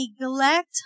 neglect